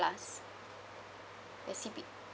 plus the C_P